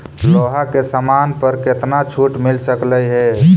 लोहा के समान पर केतना छूट मिल सकलई हे